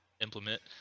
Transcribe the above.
implement